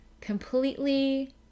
completely